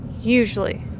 Usually